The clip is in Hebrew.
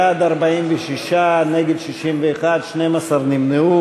בעד, 46, נגד, 61, 12 נמנעו.